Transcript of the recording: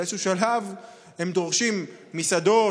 באיזשהו שלב הם דורשים מסעדות,